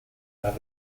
las